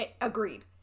Agreed